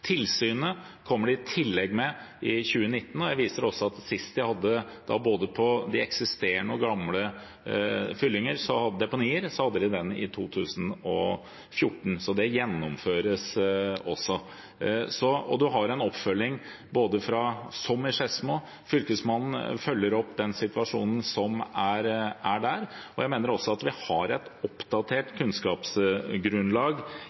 i tillegg med et tilsyn i 2019. Jeg viser også til at sist de hadde det – da på både eksisterende og gamle deponier – var i 2014, så dette gjennomføres. Man har også en oppfølging som den i Skedsmo, Fylkesmannen følger opp situasjonen som er der. Jeg mener også at vi har et